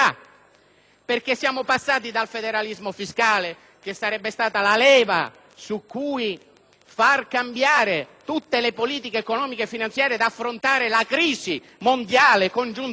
cominciato con il federalismo fiscale, che sarebbe stata la leva per far cambiare tutte le politiche economico-finanziarie ed affrontare la crisi mondiale congiunturale.